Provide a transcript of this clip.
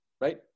right